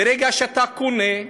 וברגע שאתה קונה,